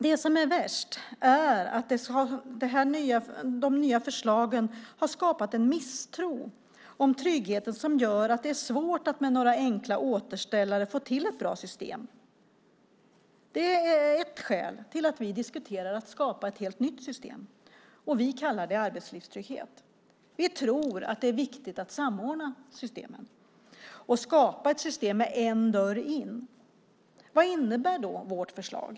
Det som är värst är att de nya förslagen har skapat en misstro omkring tryggheten som gör att det är svårt att med några enkla återställare få till ett bra system. Det är ett skäl till att vi diskuterar att skapa ett helt nytt system, och vi kallar det arbetslivstrygghet. Vi tror att det är viktigt att samordna systemen och skapa ett system med en dörr in. Vad innebär vårt förslag?